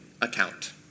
account